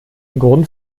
grund